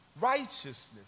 righteousness